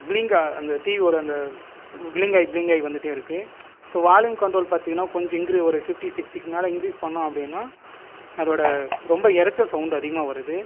ப்ளிங்காக அந்த டிவியோடய அந்த ப்ளிங்காகி ப்ளிங்காகி வந்துகிட்டே இருக்குது ஸோ வால்யூம் கன்ட்ரோல் பார்த்தீங்கனா கொஞ்சம் இன்க்ரி ஒரு ஃபிஃப்டி சிக்ஸ்டிக்கு மேலே இன்க்ரிஸ் பண்ணிணோம் அப்படின்னால் அதோடய ரொம்ப இரைச்சல் சவுண்ட் அதிகமாக வருது